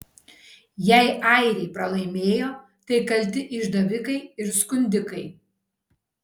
jei airiai pralaimėjo tai kalti išdavikai ir skundikai